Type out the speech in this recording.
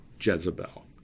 Jezebel